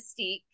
Mystique